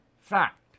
fact